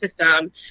system